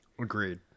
Agreed